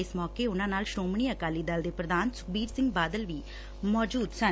ਇਸ ਮੌਕੇ ਉਨ੍ਨਾਂ ਨਾਲ ਸ੍ਰੋਮਣੀ ਅਕਾਲੀ ਦਲ ਦੇ ਪ੍ਰਧਾਨ ਸੁਖਬੀਰ ਸਿੰਘ ਬਾਦਲ ਵੀ ਮੌਜੁਦ ਸਨ